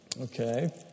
okay